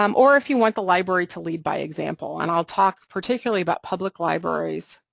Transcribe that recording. um or if you want the library to lead by example, and i'll talk particularly about public libraries